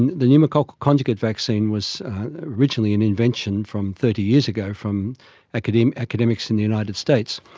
and the pneumococcal conjugate vaccine was originally an invention from thirty years ago from academics academics in the united states,